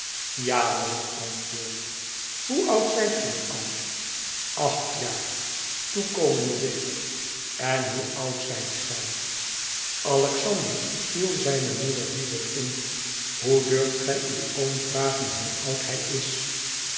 ja was het antwoord hoe oud zijt gij al acht jaar toekomende week en hoe oud zijt gij alexander viel zijne moeder hierop in hoe dur'ft gij uw oom vragen hoe oud hij is